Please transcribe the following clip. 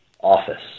office